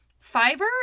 Fiber